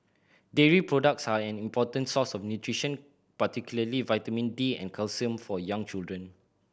dairy products are an important source of nutrition particularly vitamin D and calcium for young children